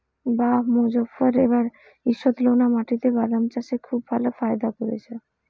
বাঃ মোজফ্ফর এবার ঈষৎলোনা মাটিতে বাদাম চাষে খুব ভালো ফায়দা করেছে